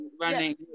running